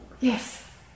Yes